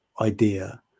idea